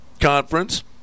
conference